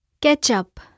Ketchup